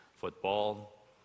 football